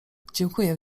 dziękuję